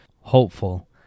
hopeful